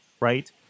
Right